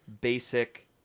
basic